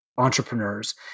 entrepreneurs